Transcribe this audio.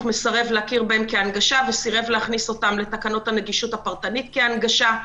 מסרב להכיר בהם כהנגשה וסירב להכניס אותם לתקנות הנגישות הפרטנית כהנגשה,